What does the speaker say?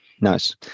nice